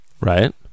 Right